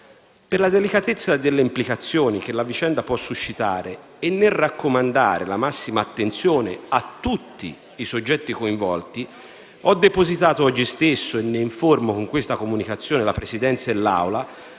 Per la delicatezza delle implicazioni che la vicenda può suscitare e nel raccomandare la massima attenzione a tutti i soggetti coinvolti, ho depositato oggi stesso - e ne informo con questa comunicazione la Presidenza e l'Aula